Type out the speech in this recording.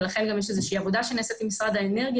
ולכן גם יש איזושהי עבודה שנעשית עם משרד האנרגיה